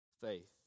faith